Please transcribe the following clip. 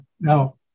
Now